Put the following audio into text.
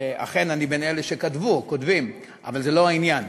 שאני מאלה שכתבו, כותבים אבל זה לא העניין.